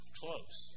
close